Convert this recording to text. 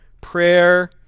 prayer